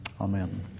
Amen